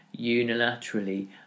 unilaterally